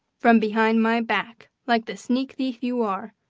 from behind my back, like the sneak-thief you are.